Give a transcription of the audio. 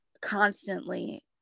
constantly